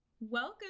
Welcome